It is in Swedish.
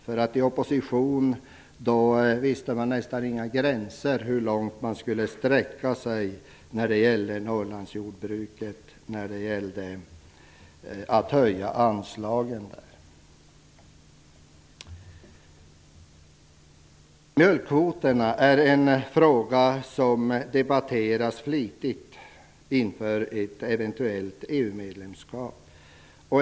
I opposition visste man nästan inga gränser för hur långt man skulle sträcka sig när det gällde att höja anslagen till Norrlandsjordbruket. Mjölkkvoterna är en fråga som debatteras flitigt inför ett eventuellt EU-medlemskap.